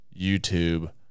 youtube